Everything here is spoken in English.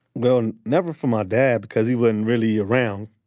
well, never for my dad because he wasn't really around.